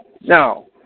Now